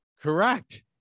Correct